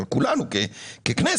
על כולנו ככנסת,